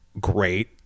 great